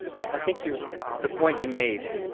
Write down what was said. i think your the point you made, ah,